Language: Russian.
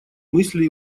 мысли